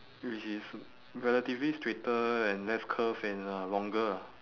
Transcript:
which is relatively straighter and less curved and uh longer lah